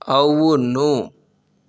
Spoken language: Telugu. అవును